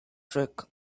trick